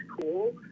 cool